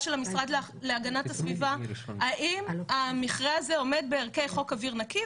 של המשרד להגנת הסביבה האם המכרה הזה עומד בערכי חוק אוויר נקי,